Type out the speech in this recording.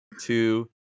two